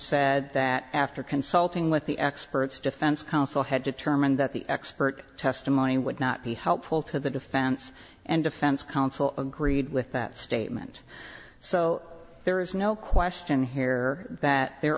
said that after consulting with the experts defense counsel had determined that the expert testimony would not be helpful to the defense and defense counsel agreed with that statement so there is no question here that there